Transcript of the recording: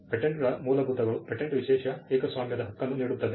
ಪೇಟೆಂಟ್ಗಳ ಮೂಲಭೂತಗಳು ಪೇಟೆಂಟ್ ವಿಶೇಷ ಏಕಸ್ವಾಮ್ಯದ ಹಕ್ಕನ್ನು ನೀಡುತ್ತದೆ